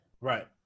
right